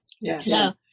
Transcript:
Yes